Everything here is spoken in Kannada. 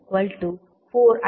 1V2 2I20